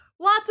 Lots